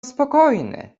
spokojny